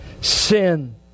Sin